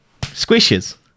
squishes